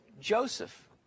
Joseph